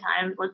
time